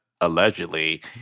allegedly